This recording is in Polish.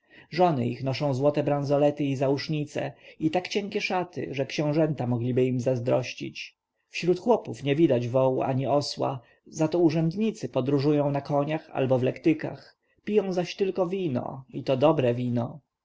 żony ich noszą złote branzolety i zausznice i tak cienkie szaty że książęta mogliby im zazdrościć wśród chłopów nie widać wołu ani osła zato urzędnicy podróżują na koniach albo w lektykach piją zaś tylko wino i to dobre wino